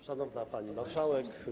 Szanowna Pani Marszałek!